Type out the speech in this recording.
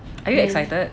are you excited